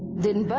didn't but